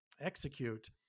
execute